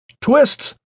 twists